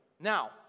Now